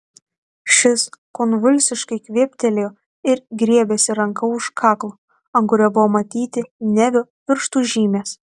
šis konvulsiškai kvėptelėjo ir griebėsi ranka už kaklo ant kurio buvo matyti nevio pirštų žymės